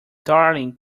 darling